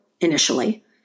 initially